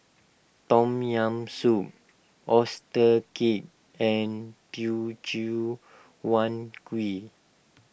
Tom Yam Soup Oyster Cake and Teochew Huat Kuih